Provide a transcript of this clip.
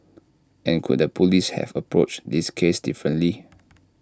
and could the Police have approached this case differently